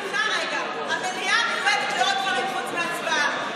סליחה, רגע, המליאה מיועדת לעוד דברים חוץ מהצבעה.